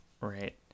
right